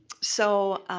so,